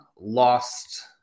lost